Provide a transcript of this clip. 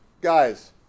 Guys